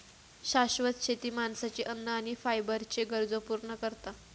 शाश्वत शेती माणसाची अन्न आणि फायबरच्ये गरजो पूर्ण करता